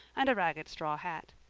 and a ragged straw hat.